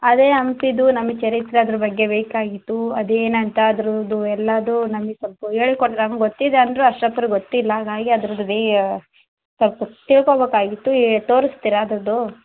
ಅದೇ ಹಂಪಿದು ನಮ್ಗೆ ಚರಿತ್ರೆ ಅದ್ರ ಬಗ್ಗೆ ಬೇಕಾಗಿತ್ತು ಅದು ಏನೂಂತ ಅದ್ರದು ಎಲ್ಲಾ ನಮಗ್ ಸ್ವಲ್ಪ ಹೇಳ್ ಕೊಡಿ ನಮಗ್ ಗೊತ್ತಿದೆ ಅಂದರೂ ಅಷ್ಟತ್ರ್ ಗೊತ್ತಿಲ್ಲ ಹಾಗಾಗಿ ಅದ್ರದ್ದು ರೀ ಸ್ವಲ್ಪ ತಿಳ್ಕೊಬೇಕಾಗಿತ್ತು ತೋರಿಸ್ತೀರಾ ಅದ್ರದು